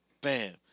bam